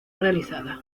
realizada